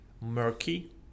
murky